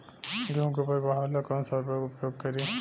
गेहूँ के उपज बढ़ावेला कौन सा उर्वरक उपयोग करीं?